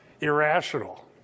irrational